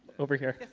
over here?